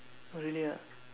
oh really ah